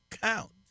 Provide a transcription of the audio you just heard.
count